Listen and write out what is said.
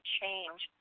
change